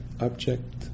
object